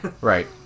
right